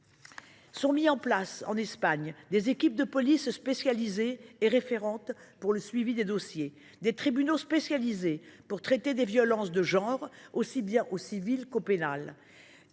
été mis en place des équipes de police spécialisées et référentes pour le suivi des dossiers, des tribunaux spécialisés pour traiter des violences de genre, tant au civil qu’au pénal,